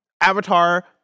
Avatar